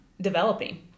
developing